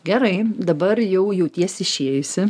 gerai dabar jau jautiesi išėjusi